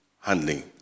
handling